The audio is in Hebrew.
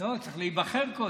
לא, צריך להיבחר קודם.